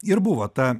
ir buvo ta